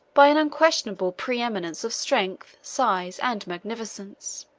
by an unquestionable preeminence of strength, size, and magnificence.